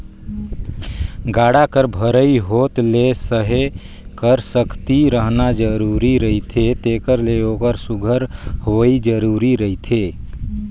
गाड़ा कर भरई होत ले सहे कर सकती रहना जरूरी रहथे तेकर ले ओकर सुग्घर होवई जरूरी रहथे